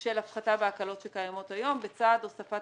של הפחתה בהקלות שקיימות היום לצד הוספת